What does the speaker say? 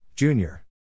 Junior